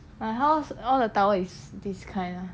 my house all the towel is this kind ah